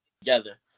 together